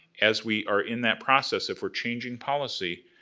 as we are in that process, if we're changing policy,